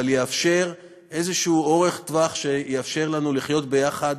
אבל יאפשר איזשהו אורך טווח שיאפשר לנו לחיות ביחד,